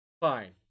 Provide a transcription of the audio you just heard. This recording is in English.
Fine